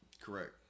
Correct